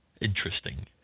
interesting